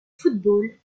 football